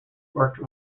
worked